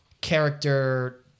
character